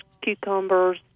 cucumbers